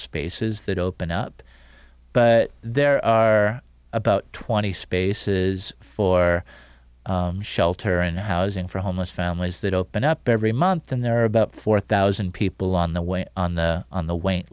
spaces that open up but there are about twenty spaces for shelter and housing for homeless families that open up every month and there are about four thousand people on the way on the on the wait